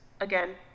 again